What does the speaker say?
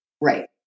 Right